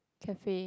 cafe